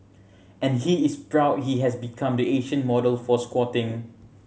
and he is proud he has become the Asian model for squatting